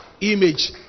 image